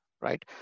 right